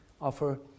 offer